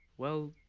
well,